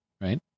right